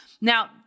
Now